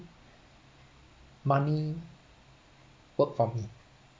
money work for me